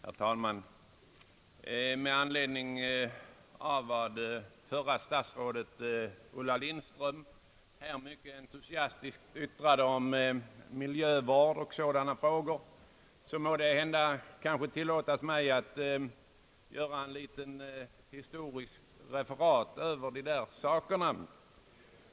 Herr talman! Med anledning av vad f.d. statsrådet Ulla Lindström yttrade om miljövård och sådana frågor så må det tillåtas mig att göra ett litet historiskt referat över dessa frågor.